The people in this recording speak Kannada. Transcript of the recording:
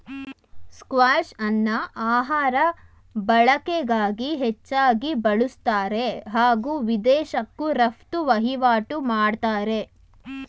ಸ್ಕ್ವಾಷ್ಅನ್ನ ಆಹಾರ ಬಳಕೆಗಾಗಿ ಹೆಚ್ಚಾಗಿ ಬಳುಸ್ತಾರೆ ಹಾಗೂ ವಿದೇಶಕ್ಕೂ ರಫ್ತು ವಹಿವಾಟು ಮಾಡ್ತಾರೆ